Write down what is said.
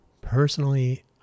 personally